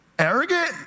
arrogant